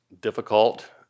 difficult